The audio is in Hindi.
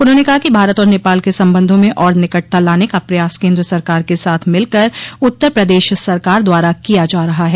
उन्होंने कहा कि भारत और नेपाल के संबंधों में और निकटता लाने का प्रयास केन्द्र सरकार के साथ मिलकर उत्तर प्रदेश सरकार द्वारा किया जा रहा है